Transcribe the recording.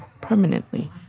permanently